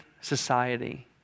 society